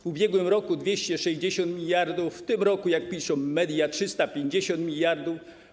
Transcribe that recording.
W ubiegłym roku 260 mld, w tym roku, jak piszą media, 350 mld.